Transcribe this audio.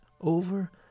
over